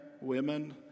women